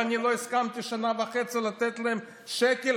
ואני לא הסכמתי שנה וחצי לתת להם שקל.